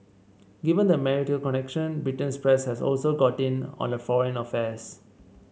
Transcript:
given the marital connection Britain's press has also got in on her foreign affairs